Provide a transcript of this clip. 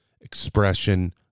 expression